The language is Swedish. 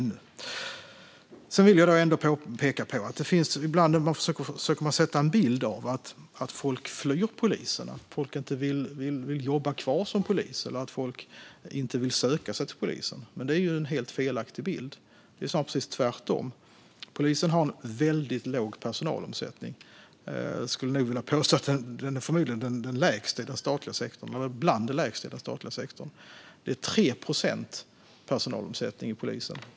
Sedan vill jag ändå peka på något. Ibland försöker man ge en bild av att folk flyr från polisen, att människor inte vill jobba kvar som poliser eller att folk inte vill söka sig till polisen. Men det är en helt felaktig bild. Det är snarare precis tvärtom. Polisen har en väldigt låg personalomsättning. Jag skulle nog vilja påstå att den förmodligen är den lägsta i den statliga sektorn eller bland de lägsta i den statliga sektorn. Personalomsättningen är 3 procent hos polisen.